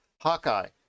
Hawkeye